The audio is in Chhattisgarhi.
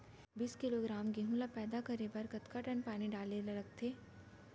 बीस किलोग्राम गेहूँ ल पैदा करे बर कतका टन पानी डाले ल लगथे?